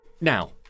Now